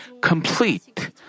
complete